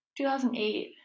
2008